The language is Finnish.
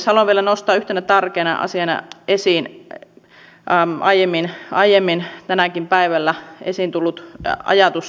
on rehellisesti sanottava että se kuva tuli välikysymyksen esittämisestä että välillä näytti välikysyjiä harmittavan että tuli jätettyä se kysymys